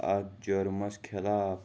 اَتھ جُرمَس خِلاف